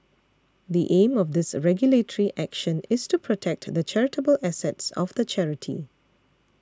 the aim of this regulatory action is to protect the charitable assets of the charity